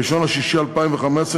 1 ביוני 2015,